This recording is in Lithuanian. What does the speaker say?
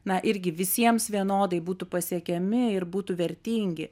na irgi visiems vienodai būtų pasiekiami ir būtų vertingi